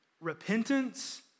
Repentance